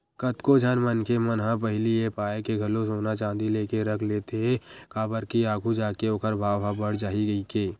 कतको झन मनखे मन ह पहिली ए पाय के घलो सोना चांदी लेके रख लेथे काबर के आघू जाके ओखर भाव ह बड़ जाही कहिके